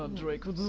um draco,